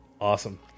Awesome